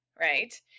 Right